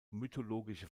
mythologische